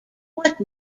what